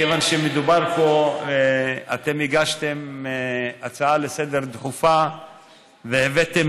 אתם הגשתם הצעה דחופה לסדר-היום והבאתם